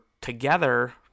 together